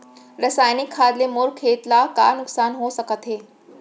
रसायनिक खाद ले मोर खेत ला का नुकसान हो सकत हे?